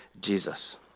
Jesus